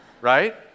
Right